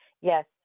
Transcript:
yes